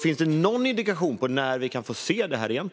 Finns det någon indikation på när vi kan få se det?